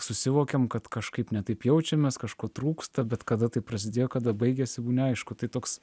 susivokėm kad kažkaip ne taip jaučiamės kažko trūksta bet kada tai prasidėjo kada baigiasi neaišku tai toks